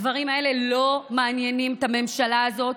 הדברים האלה לא מעניינים את הממשלה הזאת,